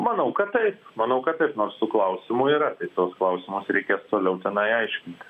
manau kad taip manau kad taip nors tų klausimų yra tuos klausimus reikės toliau tenai aiškinti